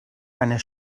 einer